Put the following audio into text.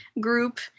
group